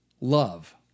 love